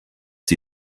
sie